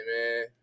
man